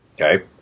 Okay